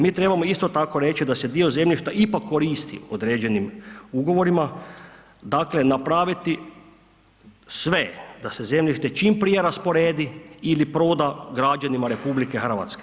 Mi trebamo isto tako reći da se dio zemljišta ipak koristi određenim ugovorima, dakle napraviti sve da se zemljište čim prije rasporedi ili proda građanima RH.